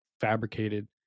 fabricated